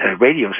radio